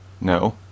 no